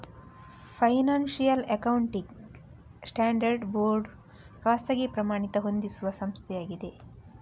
financial accounting standards board ಖಾಸಗಿ ಪ್ರಮಾಣಿತ ಹೊಂದಿಸುವ ಸಂಸ್ಥೆಯಾಗಿದೆ